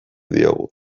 diogu